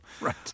Right